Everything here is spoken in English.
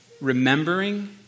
remembering